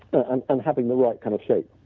and and having the right kind of shape.